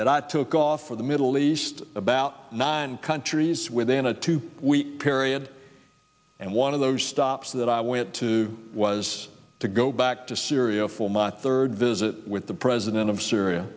that i took off for the middle east about nine countries within a two week period and one of those stops that i went to was to go back to syria for my third visit with the president of syria